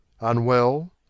unwell